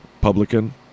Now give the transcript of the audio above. Publican